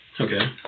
Okay